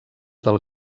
del